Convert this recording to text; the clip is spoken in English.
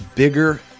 Bigger